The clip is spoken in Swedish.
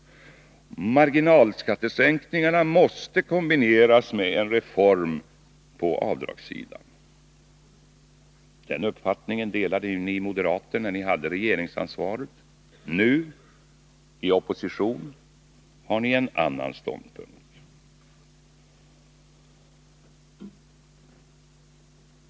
Marginalskattesänkningarna måste kombineras med en reform på avdragssidan. Den uppfattningen delade ju ni moderater när ni hade regeringsansvaret. Nu — i opposition — har ni en annan ståndpunkt.